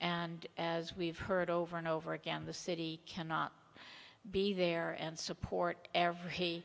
and as we've heard over and over again the city cannot be there and support every